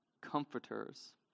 comforters